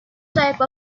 type